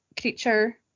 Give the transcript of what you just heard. creature